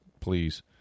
please